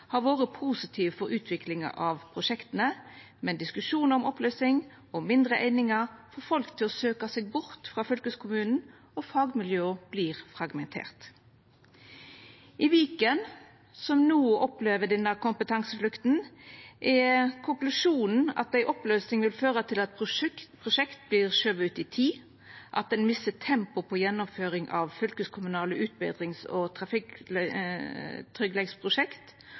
har vore positive for utviklinga av prosjekta, men diskusjonen om oppløysing og mindre einingar får folk til å søkja seg bort frå fylkeskommunen, og fagmiljøa vert fragmenterte. I Viken, som no opplever denne kompetanseflukta, er konklusjonen at ei oppløysing vil føra til at prosjekt vert skuva ut i tid, og at ein misser tempoet på gjennomføring av fylkeskommunale utbetrings- og